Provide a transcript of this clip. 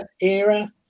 era